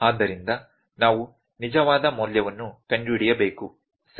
ಆದ್ದರಿಂದ ನಾವು ನಿಜವಾದ ಮೌಲ್ಯವನ್ನು ಕಂಡುಹಿಡಿಯಬೇಕು ಸರಿ